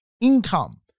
income